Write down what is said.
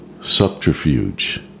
subterfuge